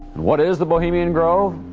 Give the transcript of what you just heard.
what is the bohemian grove?